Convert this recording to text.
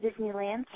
Disneyland